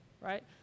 right